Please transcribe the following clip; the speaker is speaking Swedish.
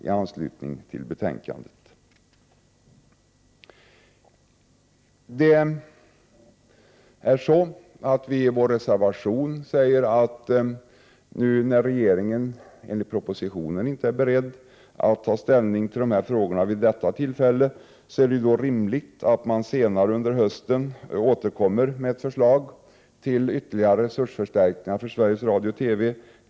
I en av reservationerna säger vi att det är rimligt att man — när nu regeringen, enligt propositionen, inte är beredd att ta ställning till dessa frågor vid detta tillfälle — återkommer senare under hösten med förslag till ytterligare resursförstärkningar för Sveriges Radio och Television.